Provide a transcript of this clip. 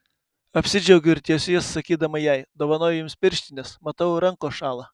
apsidžiaugiu ir tiesiu jas sakydama jai dovanoju jums pirštines matau rankos šąla